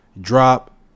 drop